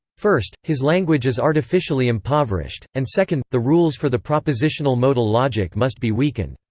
first, his language is artificially impoverished, and second, the rules for the propositional modal logic must be weakened.